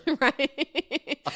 Right